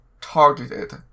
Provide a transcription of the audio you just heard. targeted